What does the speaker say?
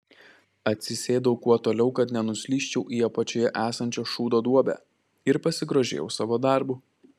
atsisėdau kuo toliau kad nenuslysčiau į apačioje esančią šūdo duobę ir pasigrožėjau savo darbu